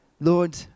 Lord